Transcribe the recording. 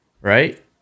right